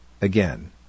Again